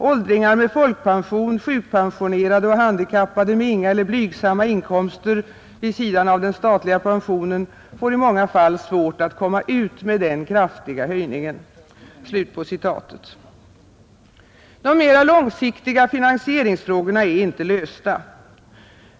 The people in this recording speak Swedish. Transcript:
Åldingar med folkpension, sjukpensionerade och handikappade med inga eller blygsamma inkomster vid sidan av den statliga pensionen, får i många fall svårt att komma ut med denna kraftiga höjning.” De mera långsiktiga finansieringsfrågorna är inte lösta.